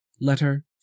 Letter